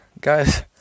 guys